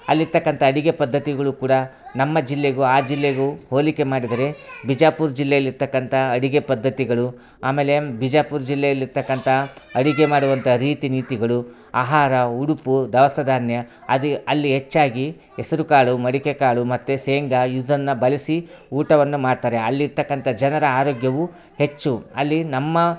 ಅಲ್ಲಿರ್ತಕ್ಕಂಥ ಅಡಿಗೆ ಪದ್ಧತಿಗಳೂ ಕೂಡ ನಮ್ಮ ಜಿಲ್ಲೆಗೂ ಆ ಜಿಲ್ಲೆಗೂ ಹೋಲಿಕೆ ಮಾಡಿದರೆ ಬಿಜಾಪುರ ಜಿಲ್ಲೆಯಲ್ಲಿರ್ತಕ್ಕಂಥ ಅಡಿಗೆ ಪದ್ಧತಿಗಳು ಆಮೇಲೆ ಬಿಜಾಪುರ ಜಿಲ್ಲೆಯಲ್ಲಿರ್ತಕ್ಕಂಥ ಅಡಿಗೆ ಮಾಡುವಂಥ ರೀತಿ ನೀತಿಗಳು ಆಹಾರ ಉಡುಪು ದವಸ ಧಾನ್ಯ ಅದು ಅಲ್ಲಿ ಹೆಚ್ಚಾಗಿ ಹೆಸರುಕಾಳು ಮಡಿಕೆಕಾಳು ಮತ್ತು ಶೇಂಗಾ ಇದನ್ನು ಬಳಸಿ ಊಟವನ್ನು ಮಾಡ್ತಾರೆ ಅಲ್ಲಿರ್ತಕ್ಕಂಥ ಜನರ ಆರೋಗ್ಯವು ಹೆಚ್ಚು ಅಲ್ಲಿ ನಮ್ಮ